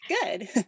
Good